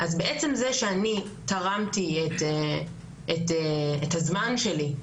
אז בעצם זה שאני תרמתי את הזמן שלי,